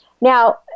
Now